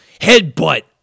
headbutt